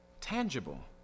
tangible